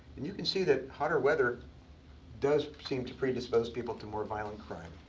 and you can see that hotter weather does seem to predispose people to more violent crime.